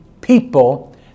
people